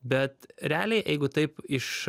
bet realiai jeigu taip iš